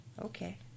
Okay